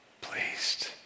pleased